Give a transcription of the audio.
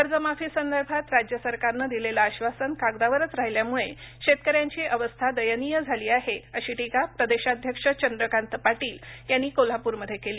कर्ज माफी संदर्भात राज्य सरकारनं दिलेलं आश्वासन कागदावरच राहिल्यामुळे शेतकऱ्यांची अवस्था दयनीय झाली आहे अशी टीका प्रदेशाध्यक्ष चंद्रकांत पाटील यांनी कोल्हापूर मध्ये केली